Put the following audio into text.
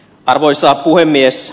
arvoisa puhemies